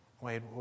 Wade